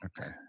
Okay